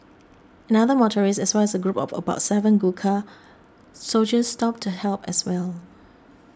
another motorist as well as a group of about seven Gurkha soldiers stopped to help as well